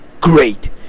great